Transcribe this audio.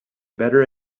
better